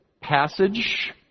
passage